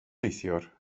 neithiwr